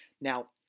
Now